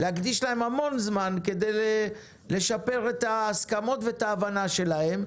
להקדיש להם המון זמן כדי לשפר את ההסכמות ואת ההבנה שלהם.